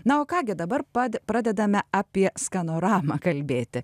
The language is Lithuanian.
na o ką gi dabar pa pradedame apie skanoramą kalbėti